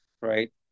right